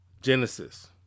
Genesis